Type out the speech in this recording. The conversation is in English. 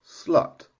Slut